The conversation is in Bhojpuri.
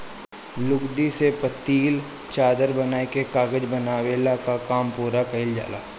लुगदी से पतील चादर बनाइ के कागज बनवले कअ काम पूरा कइल जाला